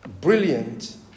brilliant